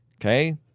okay